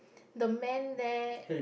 the man there